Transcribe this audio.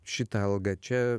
šitą algą čia